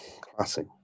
Classic